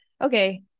Okay